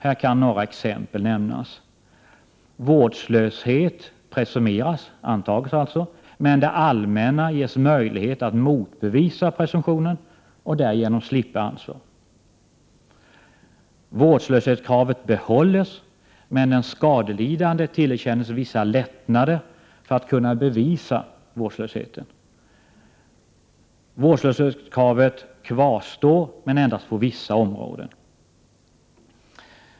Här kan några exempel nämnas: — Vårdslöshet presumeras, dvs. antages, men det allmänna ges möjlighet att motbevisa presumtionen och därigenom slippa ansvar. —- Vårdslöshetskravet behålls, men den skadelidande tillerkänns vissa lättnader för att kunna bevisa vårdslösheten. —- Vårdslöshetskravet kvarstår men endast på vissa områden.